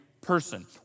person